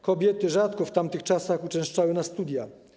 Kobiety rzadko w tamtych czasach uczęszczały na studia.